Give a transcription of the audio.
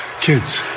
Kids